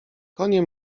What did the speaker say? konie